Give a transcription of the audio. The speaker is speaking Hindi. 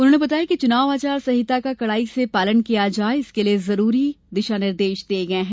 उन्होंने बताया कि चुनाव आचार संहिता का कड़ाई से पालन किया जाये इसके लिए जरूरी निर्देश दिये गये हैं